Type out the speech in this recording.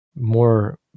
more